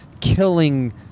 Killing